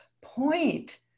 point